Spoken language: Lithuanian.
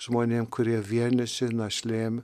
žmonėm kurie vieniši našlėm